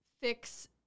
Fix